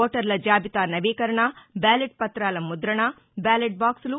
ఓటర్ల జాబితా నవీకరణ బ్యాలెట్ పుతాల ముద్రణ బ్యాలెట్ బాక్సులు